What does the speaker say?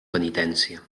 penitència